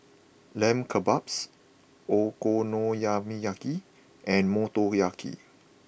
Lamb Kebabs Okonomiyaki and Motoyaki